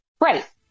Right